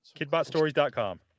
KidbotStories.com